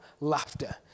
laughter